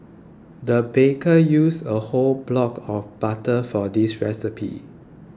the baker used a whole block of butter for this recipe